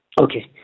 Okay